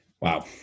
Wow